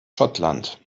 schottland